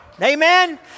Amen